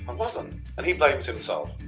um wasn't and he blames himself.